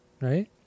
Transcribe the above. Right